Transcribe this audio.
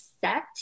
set